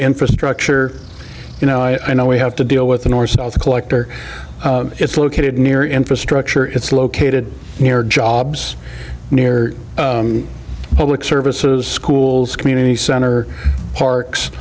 infrastructure you know i know we have to deal with the north south collector it's located near infrastructure it's located near jobs near services schools community center par